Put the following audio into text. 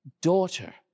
Daughter